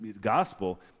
gospel